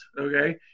Okay